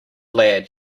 lad